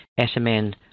smn